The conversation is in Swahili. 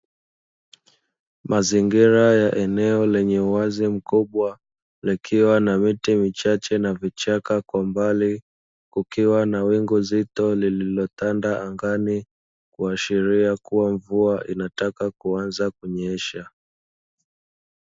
Mazingira ya eneo lenye uwazi ukubwa likiwa na miti michache na vichaka kwa mbali. Kukiwa na wingu zito lililotanda angani kuashiria kuwa mvua inataka kunyesha.